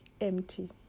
empty